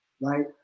right